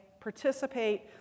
participate